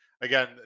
Again